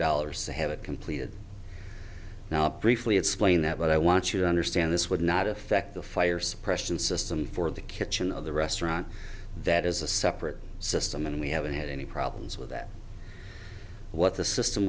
dollars to have it completed now up briefly explain that but i want you to understand this would not affect the fire suppression system for the kitchen of the restaurant that is a separate system and we haven't had any problems with that what the system